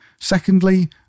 Secondly